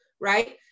right